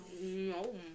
No